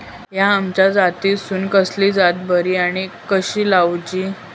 हया आम्याच्या जातीनिसून कसली जात बरी आनी कशी लाऊची?